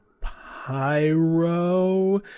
pyro